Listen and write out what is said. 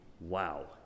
Wow